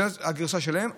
זאת הגרסה שלהם.